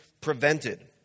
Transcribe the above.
prevented